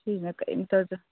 ꯁꯤꯁꯤꯅ ꯀꯔꯤꯝꯇꯗ